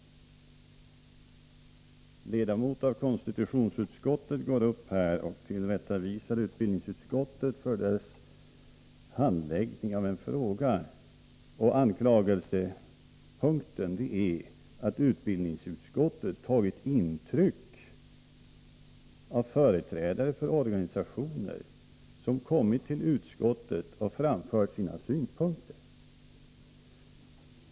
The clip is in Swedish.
En ledamot i konstitutionsutskottet står upp och tillrättavisar utbildningsutskottet för dess handläggning av en fråga, och anklagelsepunkten är att utbildningsutskottet tagit intryck av företrädare för organisationer som kommit till utskottet och framfört sina synpunkter.